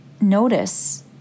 notice